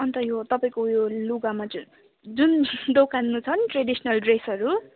अन्त यो तपाईँको यो लुगामा जु जुन दोकान उयो छ नि ट्रेडिसनल ड्रेसहरू